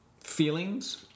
Feelings